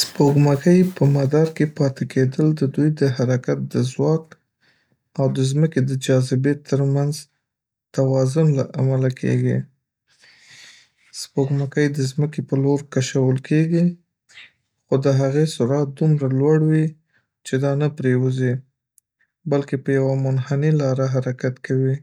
سپوږمکۍ په مدار کې پاتې کیدل د دوی د حرکت د ځواک او د ځمکې د جاذبې تر منځ توازن له امله کېږي. سپوږمکۍ د ځمکې پر لور کشول کېږي، خو د هغې سرعت دومره لوړ وي چې دا نه پرېوځي، بلکې په یوه منحنی لاره حرکت کوي